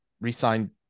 re-signed